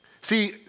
See